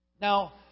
Now